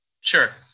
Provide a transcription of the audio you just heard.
Sure